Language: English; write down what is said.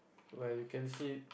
where you can see